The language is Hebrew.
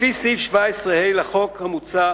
לפי סעיף 17(ה) לחוק המוצע,